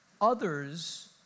others